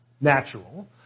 Natural